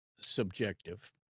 subjective